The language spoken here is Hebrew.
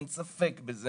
אין ספק בזה.